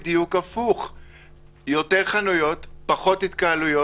יותר חנויות, פחות התקהלויות.